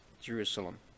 Jerusalem